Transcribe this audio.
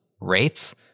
rates